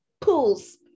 pools